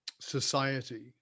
society